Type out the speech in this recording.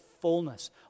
fullness